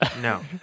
No